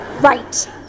Right